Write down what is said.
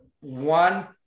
one